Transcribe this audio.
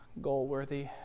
goal-worthy